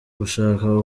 gushaka